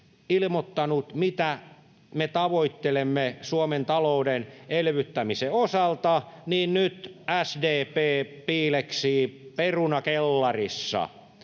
ilmoittanut, mitä me tavoittelemme Suomen talouden elvyttämisen osalta, niin nyt SDP piileksii perunakellarissa.